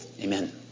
Amen